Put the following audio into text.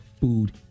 food